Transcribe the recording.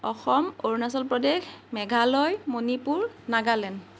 Assam Arunachal Pradesh Meghalaya Manipur Nagaland